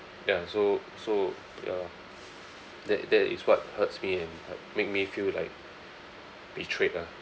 ya so so ya that that is what hurts me and like make me feel like betrayed ah